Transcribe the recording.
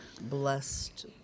blessed